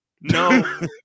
no